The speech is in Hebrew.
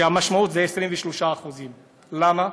והמשמעות היא, 23%. למה?